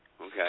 Okay